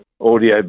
audio